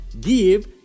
give